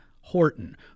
Horton